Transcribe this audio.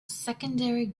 secondary